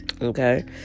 okay